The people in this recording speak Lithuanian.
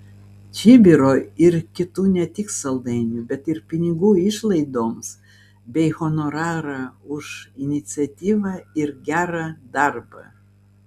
čibiro ir kitų ne tik saldainių bet ir pinigų išlaidoms bei honorarą už iniciatyvą ir gerą darbą